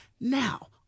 now